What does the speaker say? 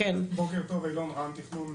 בוקר טוב, שמי איילון תכנון כב"ה.